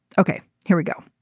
ok here we go